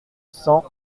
cent